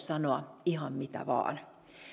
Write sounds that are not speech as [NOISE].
[UNINTELLIGIBLE] sanoa ihan mitä vain